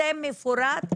זה מפורט,